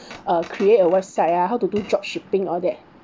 uh create a website ah how to do job shipping all that